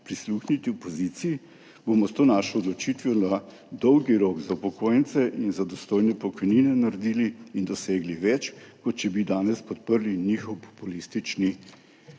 prisluhniti opoziciji, bomo s to našo odločitvijo na dolgi rok za upokojence in za dostojne pokojnine naredili in dosegli več, kot če bi danes podprli njihov populistični